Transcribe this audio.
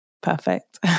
perfect